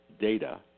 data